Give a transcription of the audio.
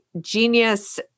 genius